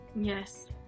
Yes